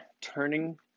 turning